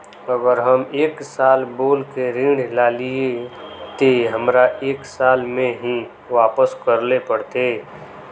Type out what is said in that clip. अगर हम एक साल बोल के ऋण लालिये ते हमरा एक साल में ही वापस करले पड़ते?